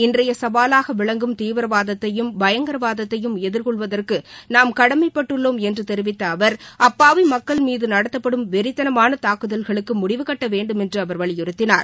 இன்றைய சவாலாக விளங்கும் தீவிரவாதத்தையும் பயங்கரவாதத்தையும் எதிர்கொள்வதற்கு நாம் உலகின் கடமைபட்டுள்ளோம் என்று தெரிவித்த அவர் அப்பாவி மக்கள் மீது நடத்தப்படும் வெறித்தனமாக தாக்குதல்களுக்கு முடிவு கட்ட வேண்டுமென்று அவர் வலியுறுத்தினார்